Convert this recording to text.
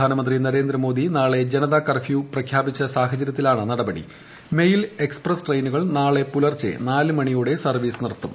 പ്രധാനമന്ത്രി നരേന്ദ്രമോദി നാള്ള ജ്നത കർഫ്യൂ പ്രഖ്യാപിച്ച സാഹചര്യത്തിലാണ് നടപടി ് മെയിൽ എക്സ്പ്രസ് ട്രെയിനുകൾ നാളെ പുലർച്ചെ നാല് മണിയോട്ടൂട്ട്ട് ന്യർവീസ് നിർത്തും